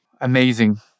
Amazing